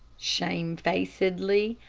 shamefacedly,